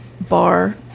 Bar